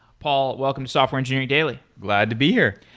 paul, welcome to software engineering daily. glad to be here.